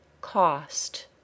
cost